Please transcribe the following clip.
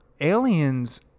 aliens